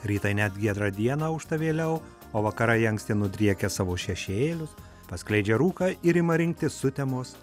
rytai net giedrą dieną aušta vėliau o vakarai anksti nudriekia savo šešėlius paskleidžia rūką ir ima rinktis sutemos